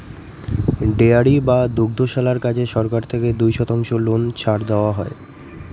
dairy বা দুগ্ধশালার কাজে সরকার থেকে দুই শতাংশ লোন ছাড় দেওয়া হয়